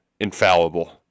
infallible